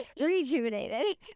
Rejuvenated